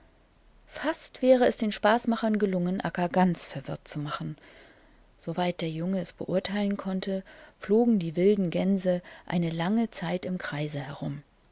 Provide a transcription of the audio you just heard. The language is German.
fast wäre es den spaßmachern gelungen akka ganz verwirrt zu machen soweit der junge es beurteilen konnte flogen die wilden gänse eine lange zeitimkreiseherum